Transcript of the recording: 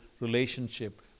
relationship